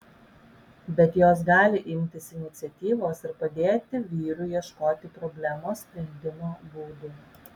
bet jos gali imtis iniciatyvos ir padėti vyrui ieškoti problemos sprendimo būdų